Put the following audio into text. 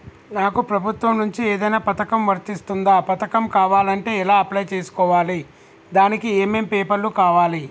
నాకు ప్రభుత్వం నుంచి ఏదైనా పథకం వర్తిస్తుందా? పథకం కావాలంటే ఎలా అప్లై చేసుకోవాలి? దానికి ఏమేం పేపర్లు కావాలి?